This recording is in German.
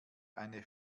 eine